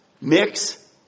mix